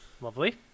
Lovely